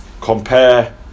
compare